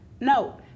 No